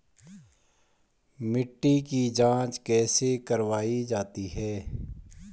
मिट्टी की जाँच कैसे करवायी जाती है?